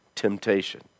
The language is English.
temptation